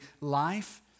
life